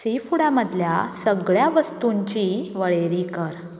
सीफूडा मदल्या सगळ्यां वस्तूंची वळेरी कर